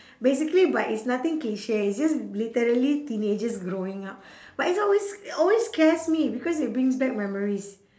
basically but it's nothing cliche it's just literally teenagers growing up but it's always always scares me because it brings back memories